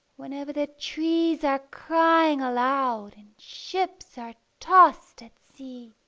whenever the trees are crying aloud, and ships are tossed at sea,